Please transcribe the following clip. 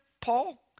Paul